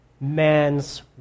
man's